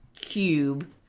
cube